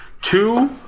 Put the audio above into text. two